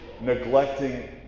neglecting